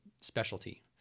specialty